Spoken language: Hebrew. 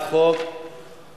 החלת